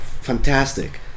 fantastic